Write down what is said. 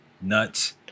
nuts